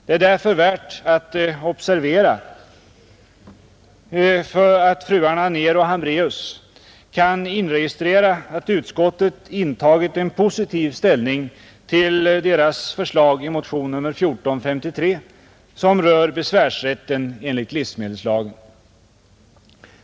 Det är därför värt att observera att fruarna Anér och Hambraeus kan inregistrera att utskottet intagit en positiv ställning till deras förslag i motionen 1453, som rör besvärsrätten enligt livsmedelslagen.